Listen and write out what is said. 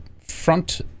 front